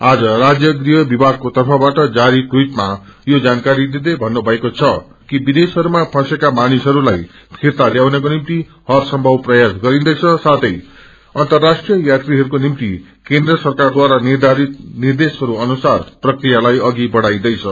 आज राज्य गृह विभागको तर्फबाट जारी टवीटामा यो जानकारी दिदै भन्नुभएको छ कि विदेशहरूमा फँसेका मानिसहरूलाई फिर्ता ल्याउनको निम्ति हरसम्भव प्रयास गरिदैछ साथै अर्न्तराष्ट्रिय यात्रीहरूको निम्ति केन्द्र सरकारद्वारा निर्धारित निर्देशहरू अनुसार प्रक्रियालाई अधि बढ़ाईन्दैछ